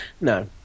No